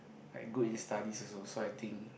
like good in studies also so I think